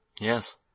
yes